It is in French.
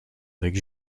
avec